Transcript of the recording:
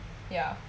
ya